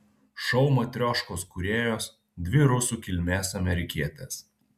šou matrioškos kūrėjos dvi rusų kilmės amerikietės